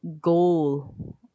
goal